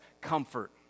comfort